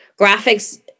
graphics